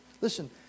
Listen